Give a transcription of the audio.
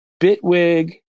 Bitwig